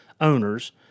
owners